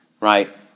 right